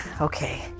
okay